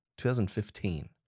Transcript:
2015